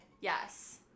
Yes